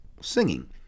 singing